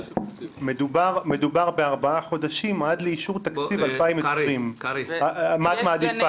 מדובר בארבעה חודשים עד לאישור תקציב 2020. מה את מעדיפה?